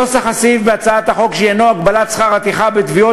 נוסח הסעיף בהצעת החוק שעניינו הגבלת שכר הטרחה בתביעות